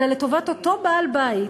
אלא לטובת אותו בעל-בית,